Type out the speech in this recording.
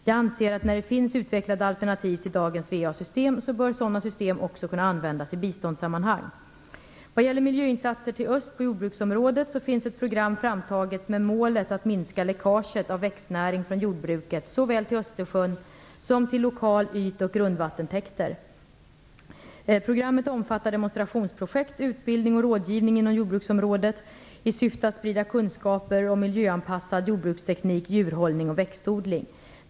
Jag anser att när det finns utvecklade alternativ till dagens VA-system så bör sådana system också kunna användas i biståndssammanhang. Vad gäller miljöinsatser till öst på jordbruksområdet så finns ett program framtaget med målet att minska läckaget av växtnäring från jordbruket såväl i Östersjön som till lokala yt och grundvattentäkter. Programmet omfattar demonstrationsprojekt, utbildning och rådgivning inom jordbruksområdet i syfte att sprida kunskaper om miljöanpassad jordbruksteknik, djurhållning och växtodling.